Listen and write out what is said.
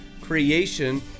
creation